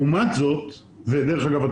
דרך אגב,